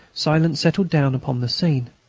silence settled down upon the scene.